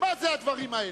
מה זה הדברים האלה?